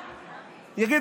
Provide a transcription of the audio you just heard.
יגיד,